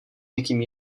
někým